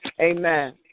Amen